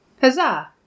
Huzzah